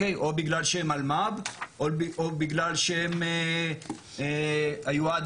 או בגלל שהם אלמ"ב או בגלל שהם היו עד